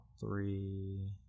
three